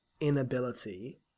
inability